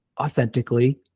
authentically